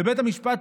ובית המשפט,